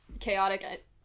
chaotic